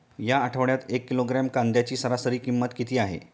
या आठवड्यात एक किलोग्रॅम कांद्याची सरासरी किंमत किती आहे?